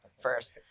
first